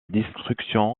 destruction